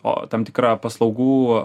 o tam tikrą paslaugų